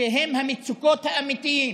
שהם המצוקות האמיתיות